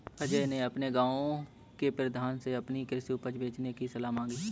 अजय ने अपने गांव के प्रधान से अपनी कृषि उपज बेचने की सलाह मांगी